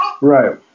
Right